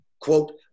quote